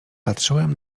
patrzyłem